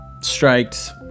strikes